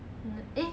ya